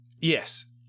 Yes